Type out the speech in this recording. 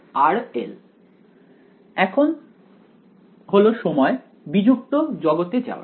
এবং এখন হল সময় বিযুক্ত জগতে যাওয়ার